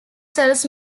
cells